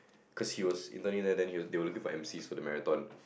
cause he was interning there then they they were looking for emcees there for the marathon